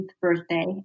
birthday